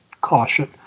caution